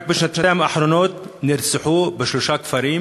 רק בשנתיים האחרונות נרצחו בשלושה כפרים